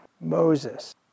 Moses